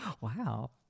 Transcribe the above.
wow